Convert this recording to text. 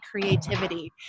creativity